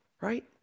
Right